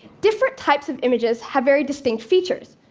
different types of images have very distinct features.